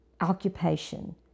occupation